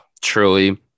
Truly